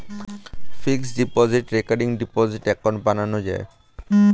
fixed deposit, recurring deposit account বানানো যায়